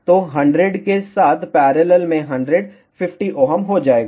तो 100 के साथ पैरेलल में 100 50Ω हो जाएगा